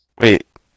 Wait